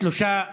שלושה נמנעים.